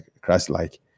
Christ-like